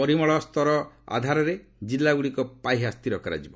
ପରିମଳ ସ୍ତର ଆଧାରରେ ଜିଲ୍ଲାଗୁଡ଼ିକର ପାହ୍ୟା ସ୍ଥିର କରାଯିବ